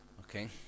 Okay